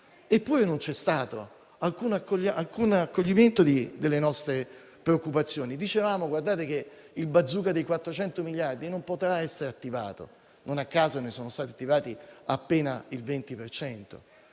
Eppure, non c'è stato alcun accoglimento delle nostre preoccupazioni. Guardate che il bazooka dei 400 miliardi non potrà essere attivato; non a caso ne è stato attivato appena il 20